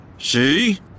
See